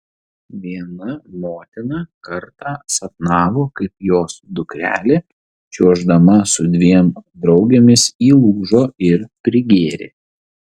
viena motina kartą sapnavo kaip jos dukrelė čiuoždama su dviem draugėmis įlūžo ir prigėrė